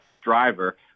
driver